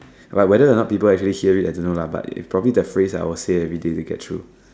well whether or not people actually I don't know lah it is probably the phrase I say everyday to get through